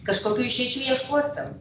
kažkokių išeičių ieškosim